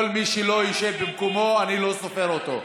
כל מי שלא ישב במקומו, אני לא סופר אותו.